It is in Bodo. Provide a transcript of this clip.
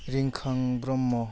रिंखां ब्रह्म